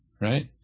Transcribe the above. right